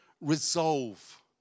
resolve